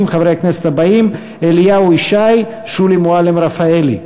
חברי הכנסת הבאים: אליהו ישי ושולי מועלם-רפאלי.